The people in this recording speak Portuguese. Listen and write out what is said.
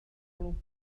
foram